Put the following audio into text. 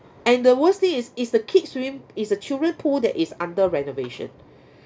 and the worst thing is is the kids swimming it's the children pool that is under renovation